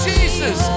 Jesus